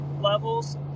levels